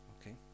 Okay